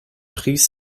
pries